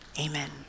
amen